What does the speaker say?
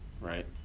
right